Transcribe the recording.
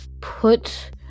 put